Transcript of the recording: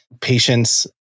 patients